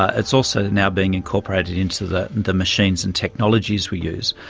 ah it's also now being incorporated into the the machines and technologies we use,